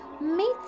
Meet